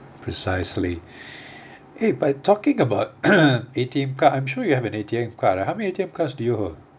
precisely hey but talking about A_T_M card I'm sure you have an A_T_M card ah how many A_T_M cards do you hold